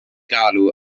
galw